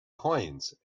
coins